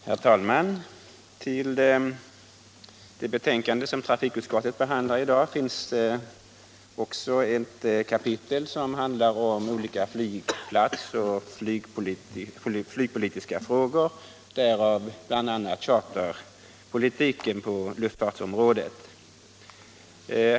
Herr talman! I det betänkande som trafikutskottet behandlar i dag finns det kapitel som handlar om olika flygplatsoch flygpolitiska frågor, bl.a. charterpolitiken på luftfartsområdet.